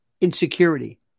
insecurity